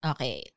Okay